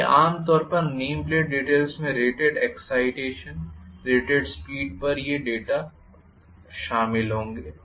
इसलिए आम तौर पर नेम प्लेट डीटेल्स में रेटेड एक्साइटेशन रेटेड स्पीड पर ये सभी डेटा शामिल होंगे